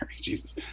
Jesus